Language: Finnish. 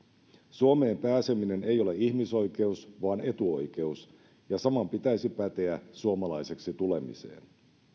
suomeen pääseminen ei ole ihmisoikeus vaan etuoikeus ja saman pitäisi päteä suomalaiseksi tulemiseen